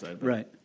right